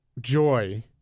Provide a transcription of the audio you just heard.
joy